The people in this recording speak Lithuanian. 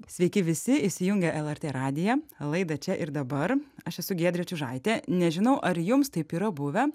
sveiki visi įsijungę lrt radiją laidą čia ir dabar aš esu giedrė čiužaitė nežinau ar jums taip yra buvę